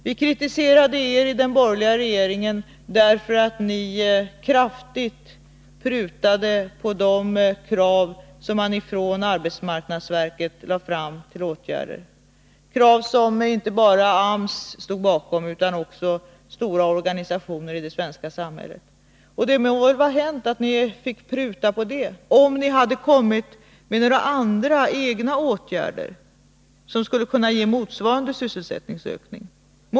Vi kritiserade den borgerliga regeringen, därför att ni kraftigt prutade på arbetsmarknadsverkets krav på åtgärder, krav som inte bara AMS stod bakom utan också stora organisationer i det svenska samhället. Det må vara hänt att ni fick pruta på det här området, om ni bara hade kommit med några andra egna åtgärder som hade kunnat ge motsvarande sysselsättningsökning.